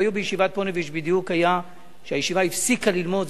הם היו בישיבת "פוניבז'" בדיוק כשהישיבה הפסיקה ללמוד.